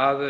að